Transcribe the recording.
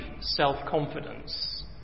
self-confidence